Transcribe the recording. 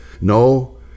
No